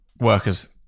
workers